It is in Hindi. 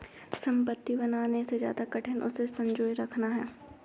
संपत्ति बनाने से ज्यादा कठिन उसे संजोए रखना होता है